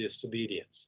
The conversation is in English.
disobedience